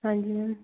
ਹਾਂਜੀ ਮੈਮ